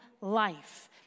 life